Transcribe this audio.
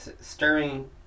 stirring